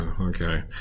okay